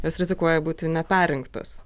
jos rizikuoja būti neperrinktos